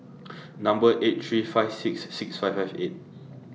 Number eight three five six six five five eight